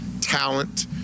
talent